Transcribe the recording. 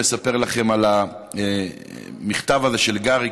מספר לכם על המכתב הזה של גארי,